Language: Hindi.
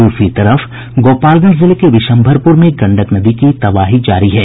दूसरी तरफ गोपालगंज जिले के विश्म्भरपुर में गंडक नदी की तबाही जारी है